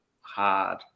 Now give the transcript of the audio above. hard